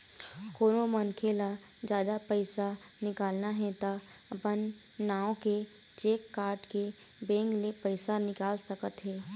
कोनो मनखे ल जादा पइसा निकालना हे त अपने नांव के चेक काटके बेंक ले पइसा निकाल सकत हे